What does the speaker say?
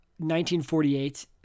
1948